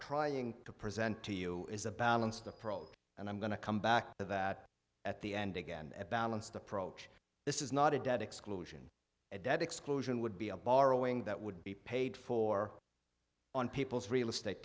trying to present to you is a balanced approach and i'm going to come back to that at the end again a balanced approach this is not a dead exclusion a dead exclusion would be a borrowing that would be paid for on people's real estate